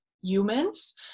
humans